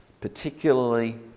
particularly